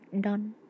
done